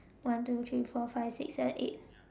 one two three four five six seven eight